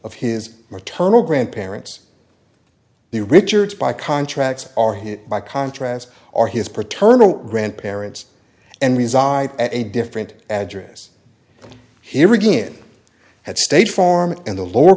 of his maternal grandparents the richards by contracts are hit by contrast or his paternal grandparents and reside at a different address here again at state farm in the lower